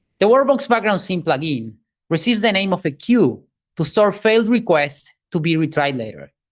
the workbox background sync plugin receives the name of a queue to store failed requests to be retried later.